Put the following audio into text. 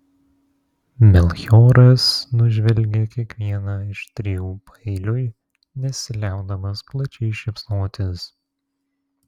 melchioras nužvelgė kiekvieną iš trijų paeiliui nesiliaudamas plačiai šypsotis